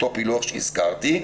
אותו פילוח שהזכרתי.